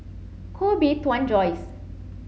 Koh Bee Tuan Joyce